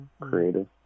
creative